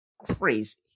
crazy